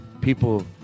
people